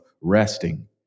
resting